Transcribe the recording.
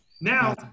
Now